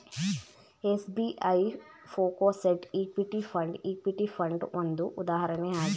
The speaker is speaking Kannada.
SBI focused equity fund, equity fund ಒಂದು ಉದಾಹರಣೆ ಆಗಿದೆ